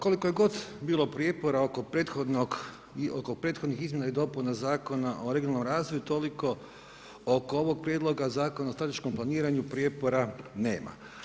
Koliko je god bilo prijepora oko prethodnog i oko prethodnih izmjena i dopuna Zakona o regionalnom razvoju toliko oko ovog prijedloga Zakona o strateškom planiranju prijepora nema.